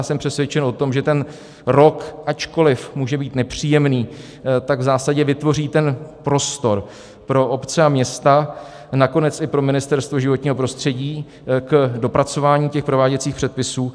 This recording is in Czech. Jsem přesvědčen o tom, že ten rok, ačkoliv může být nepříjemný, tak v zásadě vytvoří ten prostor pro obce a města, nakonec i pro Ministerstvo životního prostředí, k dopracování prováděcích předpisů.